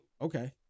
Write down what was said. okay